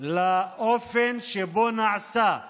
לאופן שבו נעשתה